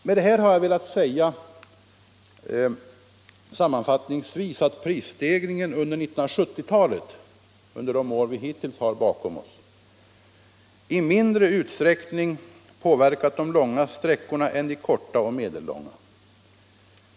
Med det här har jag velat säga, sammanfattningsvis, att prisstegringen under de år av 1970-talet som vi hittills har bakom oss mindre har påverkat de långa sträckorna än de korta och medellånga.